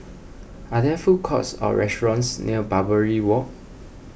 are there food courts or restaurants near Barbary Walk